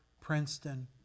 Princeton